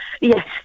yes